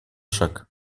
шаг